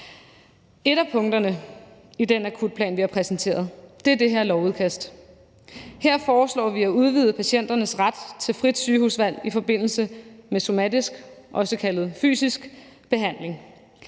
Et af punkterne i den akutplan, vi har præsenteret, er det her lovudkast. Her foreslår vi at udvide patienternes ret til frit sygehusvalg i forbindelse med somatisk behandling,